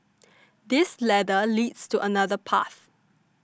this ladder leads to another path